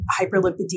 hyperlipidemia